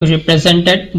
represented